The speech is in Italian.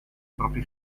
propri